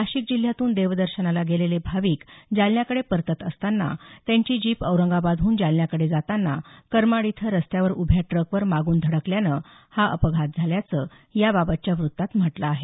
नाशिक जिल्ह्यातून देवदर्शनाला गेलेल भाविक जालन्याकडे परतत असताना त्यांची जीप औरंगाबाद हून जालन्याकडे जाताना करमाड इथं रस्त्यावर उभ्या ट्रकवर मागून धडकल्यानं हा अपघात झाल्याचं याबाबतच्या वृत्तात म्हटलं आहे